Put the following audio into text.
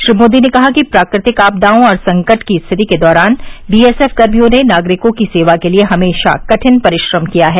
श्री मोदी ने कहा कि प्राकृतिक आपदाओं और संकट की स्थिति के दौरान बीएसएफ कर्मियों ने नागरिकों की सेवा के लिए हमेशा कठिन परिश्रम किया है